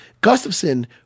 Gustafson